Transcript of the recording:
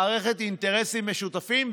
מערכת אינטרסים משותפים,